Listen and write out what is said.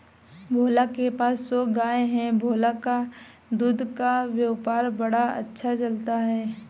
भोला के पास सौ गाय है भोला का दूध का व्यापार बड़ा अच्छा चलता है